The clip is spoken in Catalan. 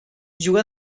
juga